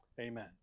Amen